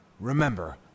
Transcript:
Remember